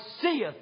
seeth